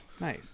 Nice